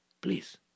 please